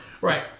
Right